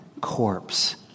corpse